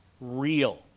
real